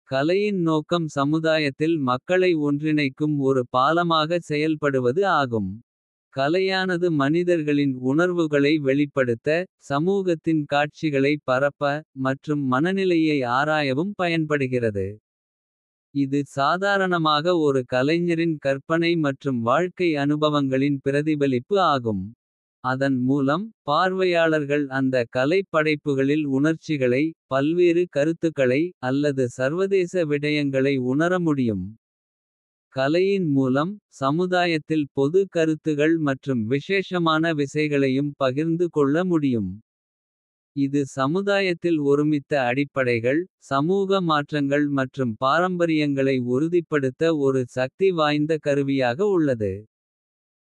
கலையின் நோக்கம் சமுதாயத்தில் மக்களை ஒன்றிணைக்கும். ஒரு பாலமாக செயல்படுவது ஆகும் கலையானது. மனிதர்களின் உணர்வுகளை வெளிப்படுத்த. சமூகத்தின் காட்சிகளை பரப்ப மற்றும் மனநிலையை. ஆராயவும் பயன்படுகிறது இது சாதாரணமாக ஒரு. கலைஞரின் கற்பனை மற்றும் வாழ்க்கை அனுபவங்களின். பிரதிபலிப்பு ஆகும் அதன் மூலம், பார்வையாளர்கள். அந்த கலைப் படைப்புகளில் உணர்ச்சிகளை. பல்வேறு கருத்துக்களை அல்லது சர்வதேச விடயங்களை. உணர முடியும் கலையின் மூலம் சமுதாயத்தில். பொது கருத்துகள் மற்றும் விசேஷமான விசைகளையும். பகிர்ந்து கொள்ள முடியும். இது சமுதாயத்தில் ஒருமித்த. அடிப்படைகள் சமூக மாற்றங்கள் மற்றும் பாரம்பரியங்களை. உறுதிப்படுத்த ஒரு சக்தி வாய்ந்த கருவியாக உள்ளது.